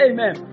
Amen